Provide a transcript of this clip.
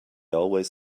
always